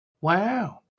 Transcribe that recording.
Wow